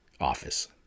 office